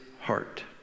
heart